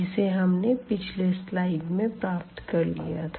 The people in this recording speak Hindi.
इसे हमने पिछली स्लाइड में प्राप्त कर लिया था